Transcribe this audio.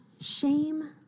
shame